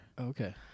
Okay